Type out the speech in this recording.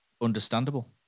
understandable